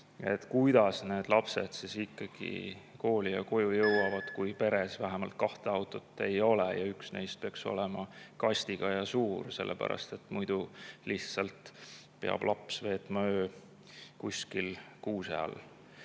Kuidas need lapsed ikkagi kooli ja koju jõuavad, kui peres vähemalt kahte autot ei ole? Üks neist peaks olema kastiga ja suur, muidu lihtsalt peab laps veetma öö kuskil kuuse all.